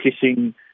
kissing